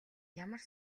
ямар